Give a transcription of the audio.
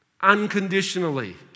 unconditionally